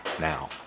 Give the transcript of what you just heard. now